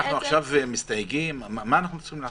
מה עושים בסיטואציה